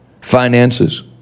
finances